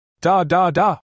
Da-da-da